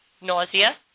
nausea